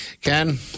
Ken